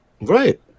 Right